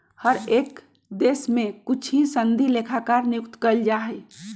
हर एक देश में कुछ ही सनदी लेखाकार नियुक्त कइल जा हई